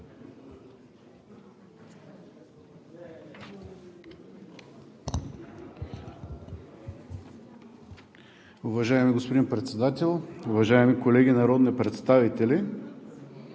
Уважаеми господин Председател, уважаеми колеги народни представители!